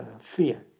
fear